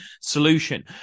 solution